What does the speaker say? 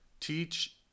teach